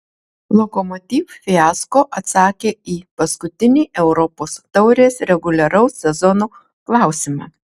lokomotiv fiasko atsakė į paskutinį europos taurės reguliaraus sezono klausimą